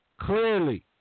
clearly